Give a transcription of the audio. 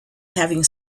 having